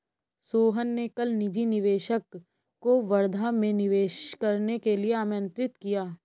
सोहन ने कल निजी निवेशक को वर्धा में निवेश करने के लिए आमंत्रित किया